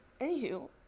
Anywho